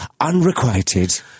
unrequited